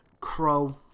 Crow